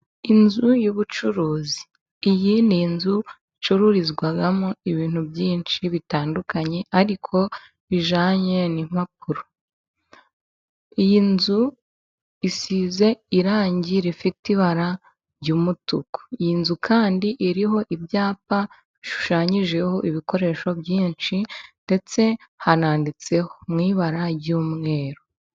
inzu y'ubucuruzi ,iyi ni inzu icururizwamo ibintu byinshi bitandukanye ,ariko bijyanye n'impapuro. Iyi nzu isize irangi rifite ibara ry'umutuku, iyi nzu kandi iriho ibyapa bishushanyijeho ibikoresho byinshi ,ndetse hananditseho mu ibara ry'umweru.